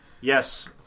Yes